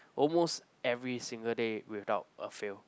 almost every single day without a fail